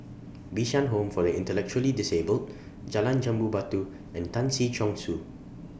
Bishan Home For The Intellectually Disabled Jalan Jambu Batu and Tan Si Chong Su